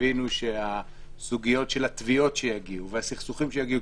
הבינו שסוגיית התביעות שיגיעו והסכסוכים שיגיעו,